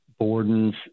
Bordens